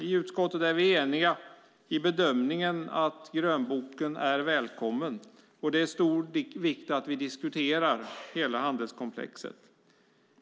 I utskottet är vi eniga i bedömningen att grönboken är välkommen och att det är av stor vikt att vi diskuterar hela handelskomplexet.